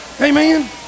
Amen